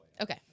Okay